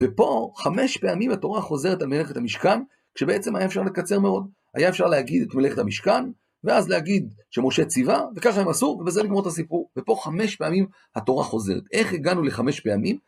ופה חמש פעמים התורה חוזרת על מלאכת המשכן כשבעצם היה אפשר לקצר מאוד היה אפשר להגיד את מלאכת המשכן ואז להגיד שמשה ציווה וככה הם עשו ובזה לגמור את הסיפור ופה חמש פעמים התורה חוזרת איך הגענו לחמש פעמים?